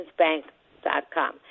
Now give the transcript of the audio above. citizensbank.com